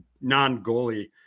non-goalie